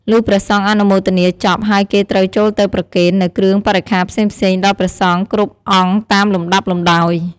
លុះព្រះសង្ឃអនុមោទនាចប់ហើយគេត្រូវចូលទៅប្រគេន នូវគ្រឿងបរិក្ខារផ្សេងៗដល់ព្រះសង្ឃគ្រប់អង្គតាមលំដាប់លំដោយ ។